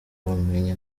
ubumenyi